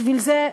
בשביל זה,